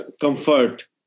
comfort